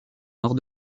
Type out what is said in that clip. nord